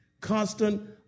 Constant